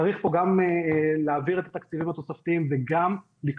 צריך פה גם להעביר את התקציבים התוספתיים וגם לקבוע,